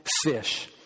fish